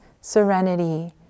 serenity